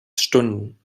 stunden